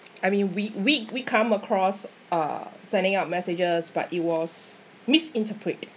I mean we we we come across uh sending out messages but it was misinterpreted